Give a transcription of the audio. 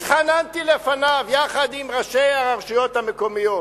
התחננתי לפניו, יחד עם ראשי הרשויות המקומיות.